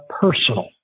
personal